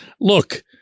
Look